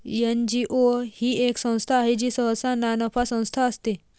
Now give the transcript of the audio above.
NGO ही एक संस्था आहे जी सहसा नानफा संस्था असते